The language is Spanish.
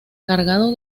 cargado